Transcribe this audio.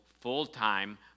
full-time